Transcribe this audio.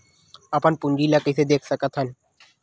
अपन पूंजी ला कइसे देख सकत हन?